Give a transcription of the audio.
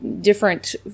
different